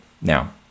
Now